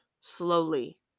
slowly